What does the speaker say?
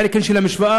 החלק השני של המשוואה,